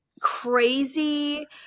crazy